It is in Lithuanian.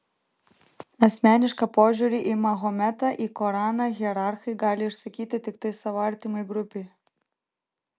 asmenišką požiūrį į mahometą į koraną hierarchai gali išsakyti tiktai savo artimai grupei